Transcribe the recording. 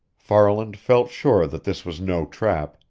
farland felt sure that this was no trap,